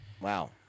Wow